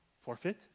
forfeit